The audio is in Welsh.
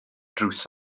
drws